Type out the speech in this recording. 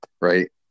right